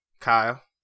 Kyle